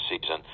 season